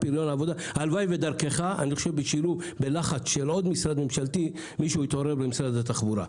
הלוואי ודרכך ובלחץ של עוד משרדים ממשלתיים מישהו יתעורר במשרד התחבורה.